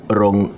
Wrong